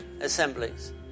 assemblies